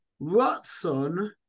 ratson